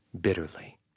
bitterly